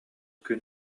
күн